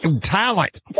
talent